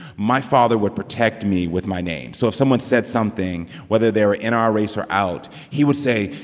my father would protect me with my name. so if someone said something, whether they're in our race or out, he would say,